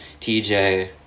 tj